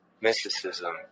mysticism